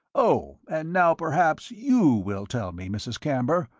oh, and now perhaps you will tell me, mrs. camber,